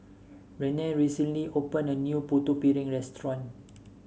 Renae recently opened a new Putu Piring Restaurant